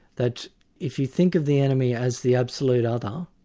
that if you think of the enemy as the absolute other,